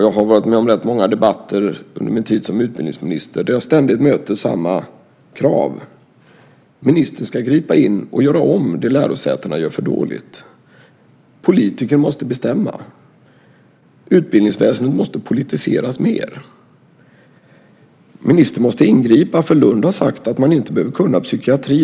Jag har varit med om rätt många debatter under min tid som utbildningsminister där jag ständigt möter samma krav, nämligen att ministern ska gripa in och göra om det lärosätena gör för dåligt. Politiker måste bestämma. Utbildningsväsendet måste politiseras mer. Ministern måste ingripa för i Lund har man sagt att man inte behöver kunna psykiatri.